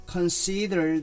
Consider